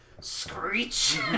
Screech